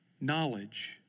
knowledge